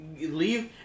leave